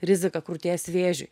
riziką krūties vėžiui